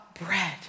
bread